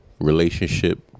relationship